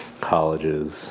colleges